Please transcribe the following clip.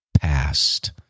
past